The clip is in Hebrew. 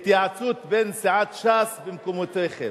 התייעצות בסיעת ש"ס במקומותיכם.